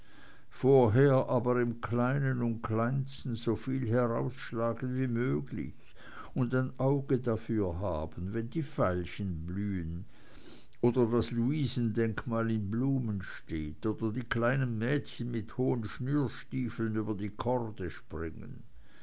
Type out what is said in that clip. vorher aber im kleinen und kleinsten so viel herausschlagen wie möglich und ein auge dafür haben wenn die veilchen blühen oder das luisendenkmal in blumen steht oder die kleinen mädchen mit hohen schnürstiefeln über die korde springen